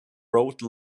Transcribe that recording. wrote